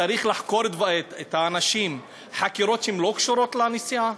צריך לחקור את האנשים חקירות שלא קשורות לנסיעה,